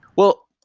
well,